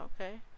okay